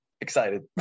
excited